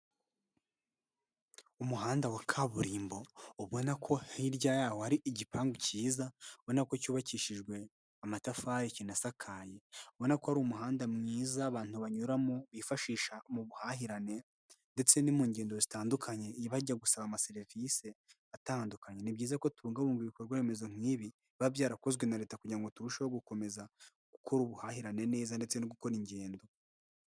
Umuhanda wa kaburimbo ubona ko hirya yaho hari igipangu cyiza, ubona ko cyubakishijwe amatafari kinasakaye. Ubona ko ari umuhanda mwiza abantu banyuramo, bifashisha mu buhahirane ndetse no mu ngendo zitandukanye bajya gusaba amaserivisi atandukanye. Ni byiza ko tubungabunga ibikorwa remezo nk'ibi biba byarakozwe na leta, kugira ngo turusheho gukomeza gukora ubuhahirane neza ndetse no gukora ingendo.